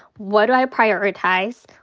what do i prioritize?